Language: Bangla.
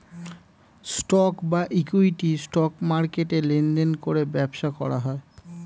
স্টক বা ইক্যুইটি, স্টক মার্কেটে লেনদেন করে ব্যবসা করা হয়